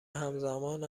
همزمان